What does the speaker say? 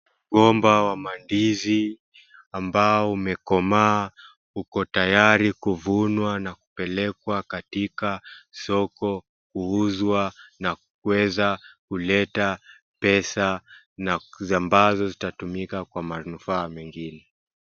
Mgomba wa mandizi ambao umekomaa. Uko tayari kuvunwa na kupelekwa katika soko kuuzwa na kuweza kuleta pesa ambazo zitatumika kwa manufaa mengine.